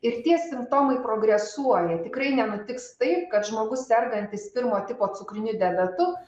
ir tie simptomai progresuoja tikrai nenutiks taip kad žmogus sergantis pirmo tipo cukriniu diabetu